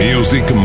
Music